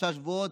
שלושה שבועות,